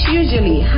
usually